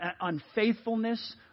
unfaithfulness